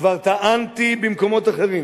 "כבר טענתי במקומות אחרים